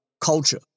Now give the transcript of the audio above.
culture